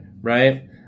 right